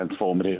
transformative